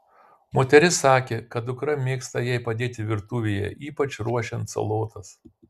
moteris sakė kad dukra mėgsta jai padėti virtuvėje ypač ruošiant salotas